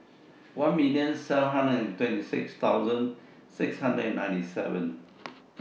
one million seven hundred and twenty six thousand six hundred and ninety seven